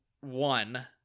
one